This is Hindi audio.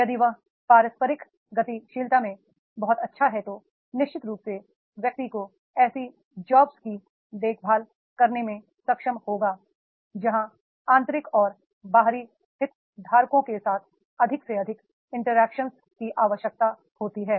यदि वह पारस्परिक गतिशीलता में बहुत अच्छा है तो निश्चित रूप से व्यक्ति को ऐसी जॉब्स की देखभाल करने में सक्षम होगा जहां आंतरिक और बाहरी हितधारकों के साथ अधिक से अधिक इंटरैक्शन की आवश्यकता होती है